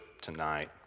tonight